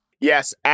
Yes